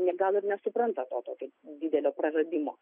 gal ir nesupranta to tokio didelio praradimo